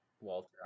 Walter